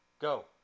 Go